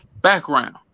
background